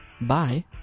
bye